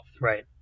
right